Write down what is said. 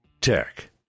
Tech